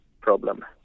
problem